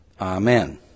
Amen